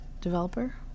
developer